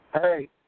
Hey